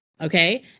Okay